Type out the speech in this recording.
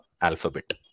alphabet